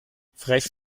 frech